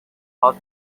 hot